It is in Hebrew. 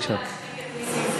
מי יכול להשתיק את נסים זאב?